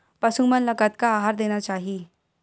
पशु मन ला कतना आहार देना चाही?